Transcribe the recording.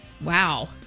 Wow